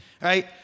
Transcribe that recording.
Right